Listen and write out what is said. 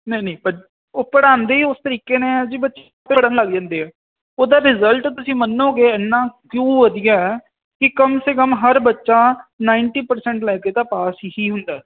ਨਹੀਂ ਨਹੀਂ ਉਹ ਪੜ੍ਹਾਉਂਦੇ ਉਸ ਤਰੀਕੇ ਨੇ ਅਸੀਂ ਪੜਨ ਲੱਗ ਜਾਂਦੇ ਆ ਉਹਦਾ ਰਿਜਲਟ ਤੁਸੀਂ ਮੰਨੋਗੇ ਇਨਾ ਕਿਉਂ ਵਧੀਆ ਕਿ ਕੰਮ ਸੇ ਕਮ ਹਰ ਬੱਚਾ ਨਾਇੰਟੀ ਪਰਸੇੰਟ ਲੈ ਕੇ ਤਾਂ ਪਾਸ ਹੀ ਹੁੰਦਾ